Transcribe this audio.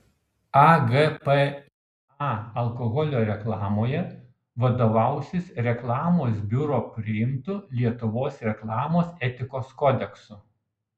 agpįa alkoholio reklamoje vadovausis reklamos biuro priimtu lietuvos reklamos etikos kodeksu